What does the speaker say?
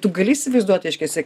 tu gali įsivaizduoti reiškiasi